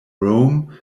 rome